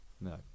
no